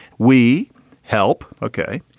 we help. ok,